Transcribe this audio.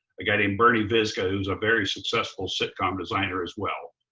a guy named bernie vis-coe, who's a very successful sitcom designer as well.